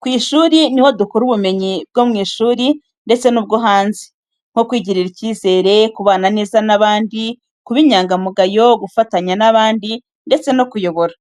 Ku ishuri niho dukura ubumenyi bwo mu ishuri ndetse n’ubwo hanze, nko kwigirira icyizere, kubana neza n’abandi, kuba inyangamugayo, gufatanya n’abandi ndetse no kuyobora.